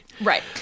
Right